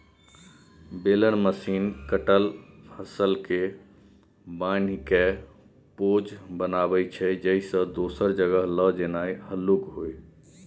baler machine कटल फसलकेँ बान्हिकेँ पॉज बनाबै छै जाहिसँ दोसर जगह लए जेनाइ हल्लुक होइ